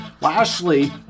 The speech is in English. Lashley